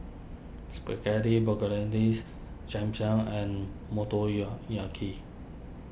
Spaghetti Bolognese Cham Cham and